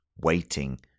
waiting